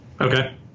Okay